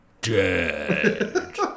dead